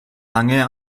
lange